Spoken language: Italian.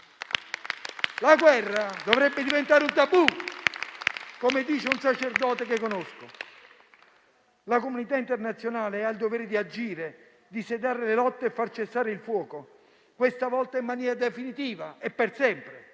La guerra dovrebbe diventare un tabù, come dice un sacerdote che conosco. La comunità internazionale ha il dovere di agire, di sedare le lotte e far cessare il fuoco, questa volta in maniera definitiva e per sempre.